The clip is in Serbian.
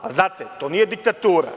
Znate, to nije diktatura.